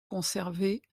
conservés